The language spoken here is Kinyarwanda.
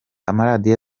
amaradiyo